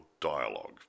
dialogue